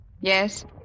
Yes